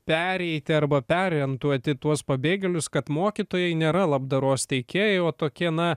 pereiti arba perorientuoti tuos pabėgėlius kad mokytojai nėra labdaros teikėjai o tokie na